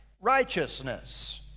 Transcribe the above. righteousness